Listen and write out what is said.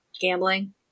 Gambling